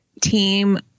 team